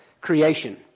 creation